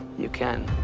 you can.